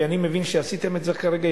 ואני מבין שעשיתם את זה כרגע,